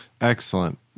Excellent